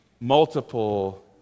multiple